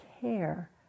care